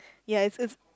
ya it's it's